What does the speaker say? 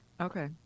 okay